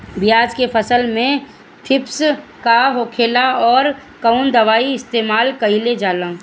प्याज के फसल में थ्रिप्स का होखेला और कउन दवाई इस्तेमाल कईल जाला?